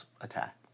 attack